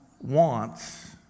wants